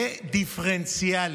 לדיפרנציאלי.